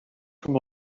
com